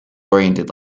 oriented